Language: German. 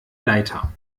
leiter